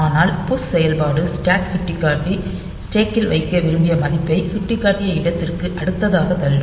ஆனால் புஷ் செயல்பாடு ஸ்டாக் சுட்டிக்காட்டி ஸ்டேக்கில் வைக்க விரும்பிய மதிப்பை சுட்டிக்காட்டிய இடத்திற்கு அடுத்ததாக தள்ளும்